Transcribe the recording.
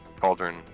cauldron